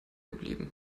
geblieben